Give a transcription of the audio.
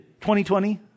2020